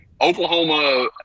Oklahoma